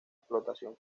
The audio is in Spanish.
explotación